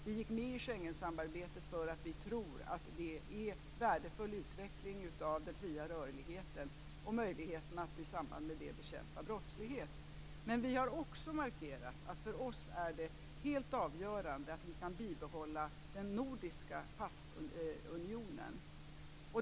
Vi gick med i Schengensamarbetet därför att vi tror att det är en värdefull utveckling av den fria rörligheten och för möjligheten att i samband därmed bekämpa brottslighet. Men vi har också markerat att det för oss är helt avgörande att vi kan behålla den nordiska passunionen.